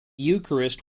eucharist